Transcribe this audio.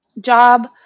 job